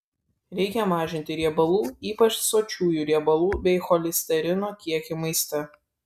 reikia mažinti riebalų ypač sočiųjų riebalų bei cholesterino kiekį maiste